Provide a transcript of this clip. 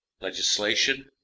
Legislation